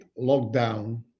lockdown